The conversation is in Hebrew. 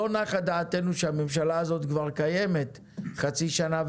לא נחה דעתנו שהממשלה הזאת כבר קיימת חצי שנה,